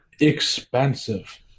expensive